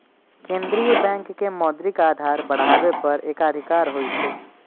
केंद्रीय बैंक के मौद्रिक आधार बढ़ाबै पर एकाधिकार होइ छै